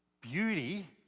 Beauty